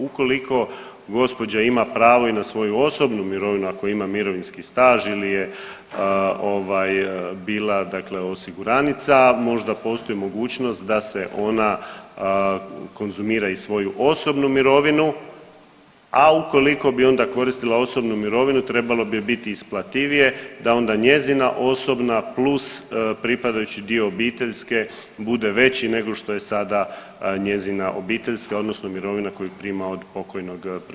Ukoliko gospođa ima pravo i na svoju osobnu mirovinu ako ima mirovinski staž ili je ovaj bila dakle osiguranica možda postoji mogućnost da se ona konzumira i svoju osobnu mirovinu, a ukoliko bi onda koristila osobnu mirovinu trebalo bi joj biti isplativije da onda njezina osobna plus pripadajući dio obiteljske bude veći nego što je sada njezina obiteljska odnosno mirovina koju prima od pokojnog preminulog supruga.